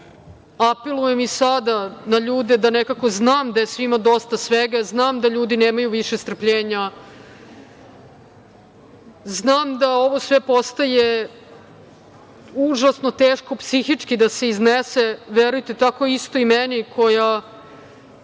borimo. Apelujem i sada na ljude, da, nekako znam da je svima dosta svega, znam da ljudi nemaju više strpljenja, znam da ovo sve postaje užasno teško psihički da se iznese. Verujte, isto i meni koja